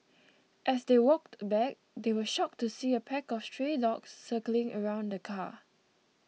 as they walked back they were shocked to see a pack of stray dogs circling around the car